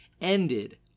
ended